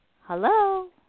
Hello